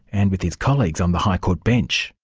and with his colleagues on the high court bench.